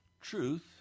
Truth